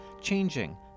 changing